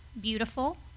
beautiful